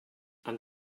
and